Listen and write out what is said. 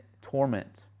torment